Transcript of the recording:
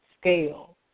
scale